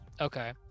Okay